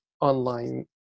online